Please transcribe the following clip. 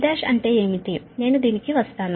Z1 అంటే ఏమిటి నేను దీనికి వస్తాను